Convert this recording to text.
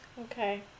Okay